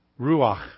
Ruach